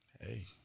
Hey